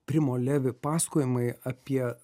primo levi pasakojimai apie